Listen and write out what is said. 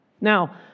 Now